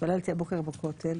התפללתי הבוקר בכותל.